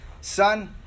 son